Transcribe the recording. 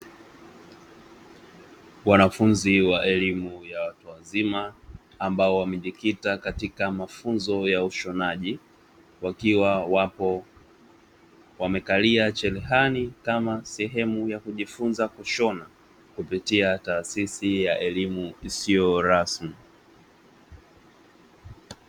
Wanafunzi wa elimu ya watu wazima ambao wamejikita katika mafunzo ya ushonaji, wakiwa wapo wamekalia cherehani kama sehemu ya kujifunza kushona kupitia taasisi ya elimu isiyo rasmi.